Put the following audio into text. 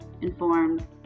informed